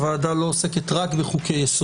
הוועדה לא עוסקת רק בחוקי-יסוד,